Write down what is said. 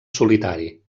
solitari